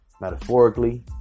metaphorically